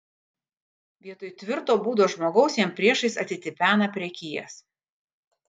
vietoj tvirto būdo žmogaus jam priešais atitipena prekijas